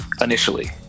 initially